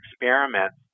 experiments